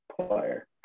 player